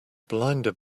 blinded